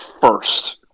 first